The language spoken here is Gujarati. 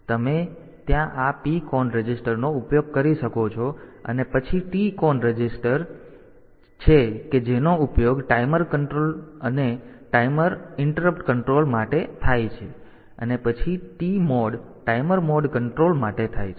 તેથી તમે ત્યાં આ PCON રજિસ્ટરનો ઉપયોગ કરી શકો છો અને પછી આ TCON અન્ય રજિસ્ટર છે કે જેનો ઉપયોગ ટાઈમર કંટ્રોલ ટાઈમર અને ટાઈમર અને ઈન્ટ્રપ્ટ કંટ્રોલ માટે થાય છે અને પછી TMOD ટાઈમર મોડ કંટ્રોલ માટે છે